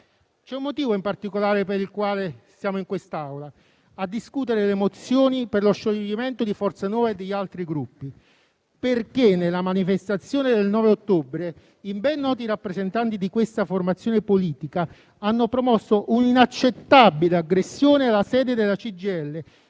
C'è un motivo in particolare per il quale siamo in quest'Aula a discutere le mozioni per lo scioglimento di Forza Nuova e degli altri gruppi: nella manifestazione del 9 ottobre, i ben noti rappresentanti di questa formazione politica hanno promosso un'inaccettabile aggressione alla sede della CGIL